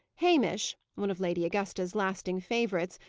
hamish one of lady augusta's lasting favourites,